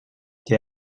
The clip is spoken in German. der